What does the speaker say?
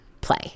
play